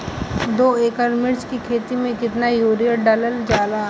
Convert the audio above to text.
दो एकड़ मिर्च की खेती में कितना यूरिया डालल जाला?